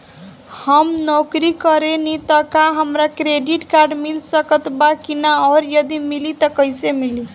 हम नौकरी करेनी त का हमरा क्रेडिट कार्ड मिल सकत बा की न और यदि मिली त कैसे मिली?